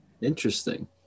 Interesting